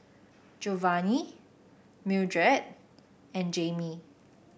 Jovani Mildred and Jamie